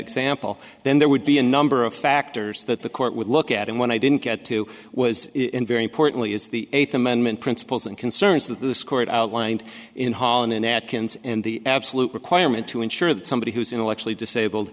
example then there would be a number of factors that the court would look at and when i didn't get to was in very importantly is the eighth amendment principles and concerns that this court outlined in holland in atkins and the absolute requirement to ensure that somebody who is intellectually disabled